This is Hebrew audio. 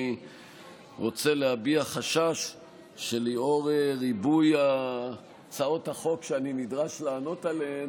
אני רוצה להביע חשש שלאור ריבוי הצעות החוק שאני נדרש לענות עליהן,